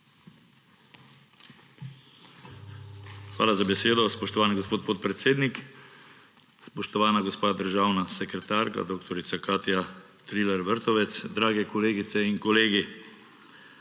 Hvala za besedo, spoštovani gospod podpredsednik. Spoštovana gospa državna sekretarka dr. Katja Triller Vrtovec, dragi kolegice in kolegi!